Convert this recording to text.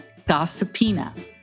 Gossipina